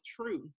true